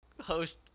host